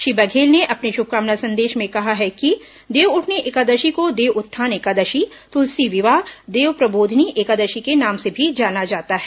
श्री बघेल ने अपने शुभकामना संदेश में कहा है कि देवउठनी एकादशी को देव उत्थान एकादशी तुलसी विवाह देवप्रबोधिनी एकादशी के नाम से भी जाना जाता है